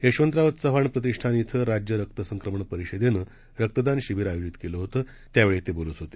यशवंतराव चव्हाण प्रतिष्ठान िंग राज्य रक्तसंक्रमण परिषदेनं रक्तदान शिबीर आयोजित केलं होतं त्यावेळी ते बोलत होते